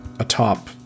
Atop